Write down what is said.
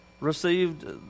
received